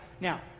Now